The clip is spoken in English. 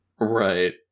Right